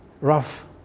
rough